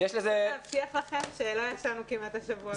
אני יכולה להבטיח לכם שלא ישנו כמעט השבוע.